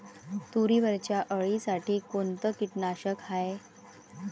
तुरीवरच्या अळीसाठी कोनतं कीटकनाशक हाये?